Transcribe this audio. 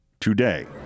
today